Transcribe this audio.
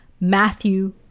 Matthew